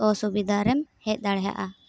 ᱚᱥᱵᱤᱫᱟᱨᱮᱢ ᱦᱮᱡ ᱫᱟᱲᱮᱭᱟᱜᱼᱟ